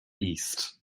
east